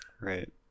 Right